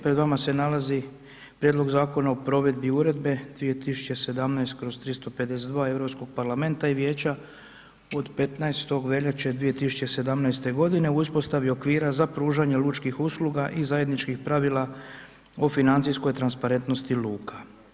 Pred vama se nalazi Prijedlog Zakona o provedbi Uredbe (EU) 2017/352 Europskog parlamenta i Vijeća od 15. veljače 2017. godine o uspostavi okvira za pružanje lučkih usluga i zajedničkih pravila o financijskoj transparentnosti luka.